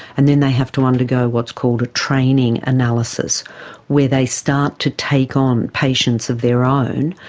and then they have to undergo what's called a training analysis where they start to take on patients of their own,